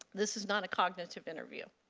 this is not a cognitive interview.